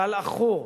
גל עכור,